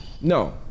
No